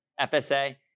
FSA